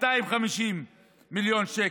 250 מיליון שקל.